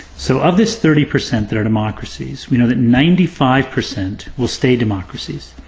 so, of this thirty percent that are democracies, we know that ninety five percent will stay democracies.